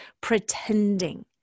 pretending